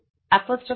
apostrophe '